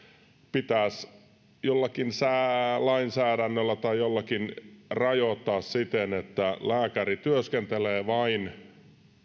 pitää jollakin lainsäädännöllä tai jollakin rajoittaa sitä että lääkäri työskentelee vain